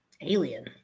Alien